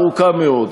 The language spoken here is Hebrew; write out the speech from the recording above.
ארוכה מאוד.